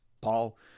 Paul